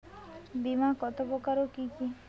বীমা কত প্রকার ও কি কি?